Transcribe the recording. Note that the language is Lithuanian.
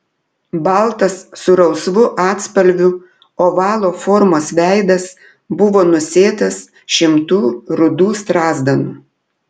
baltas su rausvu atspalviu ovalo formos veidas buvo nusėtas šimtų rudų strazdanų